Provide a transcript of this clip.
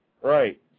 Right